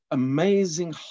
amazing